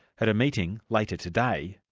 at a meeting later today,